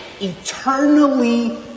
eternally